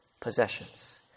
possessions